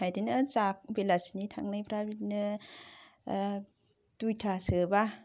बिदिनो जा बेलासिनि थांनायफ्रा बिदिनो दुइथा सोबा